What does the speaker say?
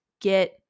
get